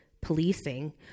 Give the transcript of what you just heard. policing